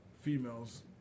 females